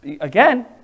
Again